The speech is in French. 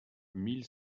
mille